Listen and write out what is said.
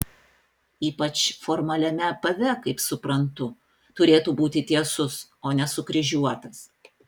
ypač formaliame apave kaip suprantu turėtų būti tiesus o ne sukryžiuotas